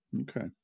Okay